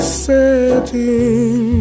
setting